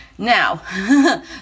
Now